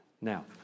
Now